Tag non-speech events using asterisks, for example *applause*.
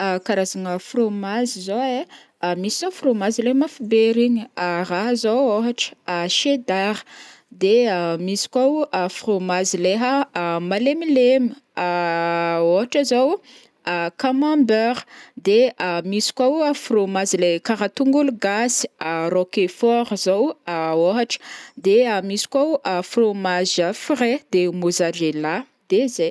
*hesitation* karazagna fromazy zao ai, *hesitation* misy fromage leha mafy be regny *hesitation* raha zao ôhatra cheddar, de *hesitation* misy koa o *hesitation* fromazy leha *hesitation* malemilemy *hesitation* ôhatra zao o *hesitation* camembert, de *hesitation* misy koa fromazy karaha tongolo gasy *hesitation* rockfort zao o *hesitation* ôhatra, de *hesitation* misy koa o fromage frais, de mozzarella, de zay.